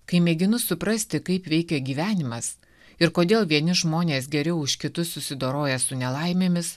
kai mėginu suprasti kaip veikia gyvenimas ir kodėl vieni žmonės geriau už kitus susidoroja su nelaimėmis